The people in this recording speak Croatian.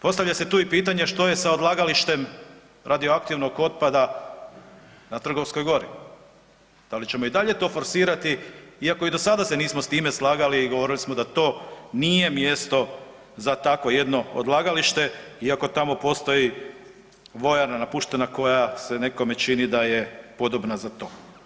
Postavlja se tu i pitanje što je sa odlagalištem radioaktivnog otpada na Trgovskoj gori, da li ćemo i dalje to forsirati iako i do sada se nismo s time slagali i govorili smo da to nije mjesto za takvo jedno odlagalište iako tamo postoji vojarna napuštena koja se nekome čini da je podobna za to.